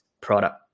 product